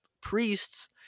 priests